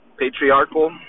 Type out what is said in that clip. patriarchal